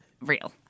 real